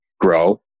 grow